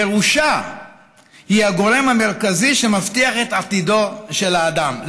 ירושה היא הגורם המרכזי שמבטיח את עתידו של האדם.